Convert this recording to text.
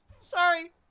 sorry